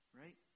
right